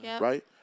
Right